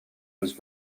was